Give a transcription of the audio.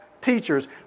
teachers